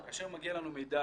כאשר מגיע אלינו מידע